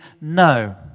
no